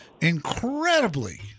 incredibly